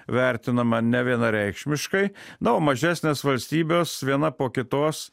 vertinama nevienareikšmiškai na o mažesnės valstybės viena po kitos